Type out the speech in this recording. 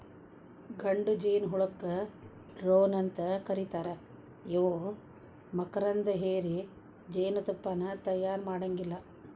ಗಂಡು ಜೇನಹುಳಕ್ಕ ಡ್ರೋನ್ ಅಂತ ಕರೇತಾರ ಇವು ಮಕರಂದ ಹೇರಿ ಜೇನತುಪ್ಪಾನ ತಯಾರ ಮಾಡಾಂಗಿಲ್ಲ